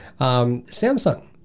Samsung